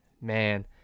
man